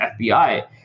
FBI